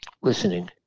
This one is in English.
listening